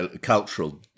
cultural